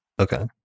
Okay